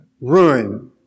Ruin